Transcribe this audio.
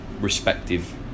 respective